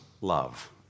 love